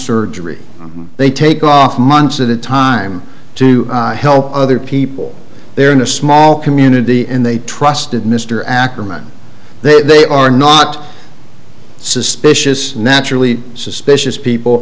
surgery they take off months at a time to help other people they're in a small community and they trusted mr ackerman then they are not suspicious naturally suspicious people